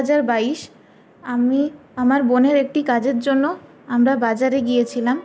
দুহাজার বাইশ আমি আমার বোনের একটি কাজের জন্য আমরা বাজারে গিয়েছিলাম